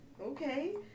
okay